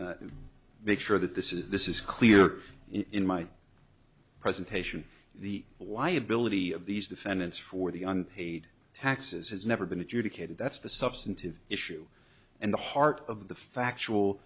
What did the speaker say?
make sure that this is this is clear in my presentation the liability of these defendants for the unpaid taxes has never been adjudicated that's the substantive issue and the heart of the factual